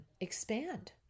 expand